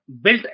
built